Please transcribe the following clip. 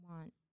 want